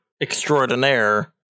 extraordinaire